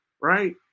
right